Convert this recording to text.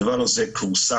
הדבר הזה כורסם.